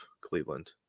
Cleveland